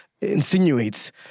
insinuates